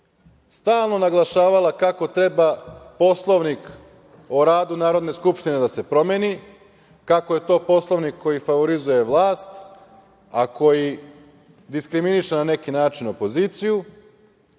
stalno naglašavala kako treba Poslovnik o radu Narodne skupštine da se promeni, kako je to Poslovnik koji favorizuje vlast, a koji diskriminiše, na neki način opoziciju,